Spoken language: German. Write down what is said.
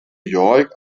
york